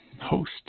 Host